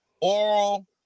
Oral